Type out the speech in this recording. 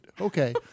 Okay